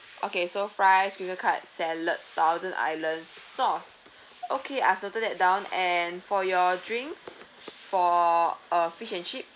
okay so fries crinkle cut salad thousand island sauce okay I've to note that down and for your drinks for uh fish and chips